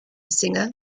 singer